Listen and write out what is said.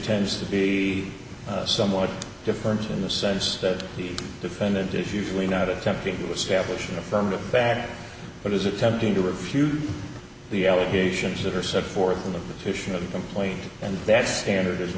tends to be somewhat different in the sense that the defendant is usually not attempting to establish an affirmative back but is attempting to refute the allegations that are set forth in the kitchen of the complaint and that standard is